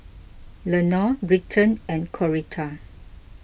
Lenore Britton and Coretta